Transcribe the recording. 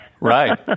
Right